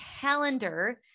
calendar